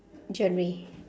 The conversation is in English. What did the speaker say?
genre